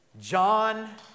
John